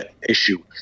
issue